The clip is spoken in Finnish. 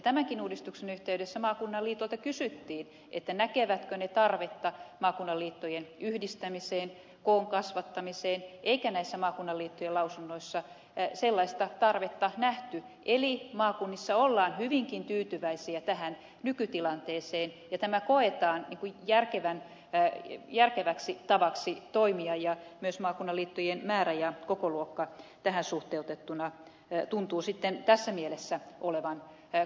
tämänkin uudistuksen yhteydessä maakunnan liitoilta kysyttiin näkevätkö ne tarvetta maakunnan liittojen yhdistämiseen koon kasvattamiseen eikä näissä maakunnan liittojen lausunnoissa sellaista tarvetta nähty eli maakunnissa ollaan hyvinkin tyytyväisiä tähän nykytilanteeseen ja tämä koetaan järkeväksi tavaksi toimia ja myös maakunnan liittojen määrä ja kokoluokka tähän suhteutettuna tuntuvat tässä mielessä olevan kohdallaan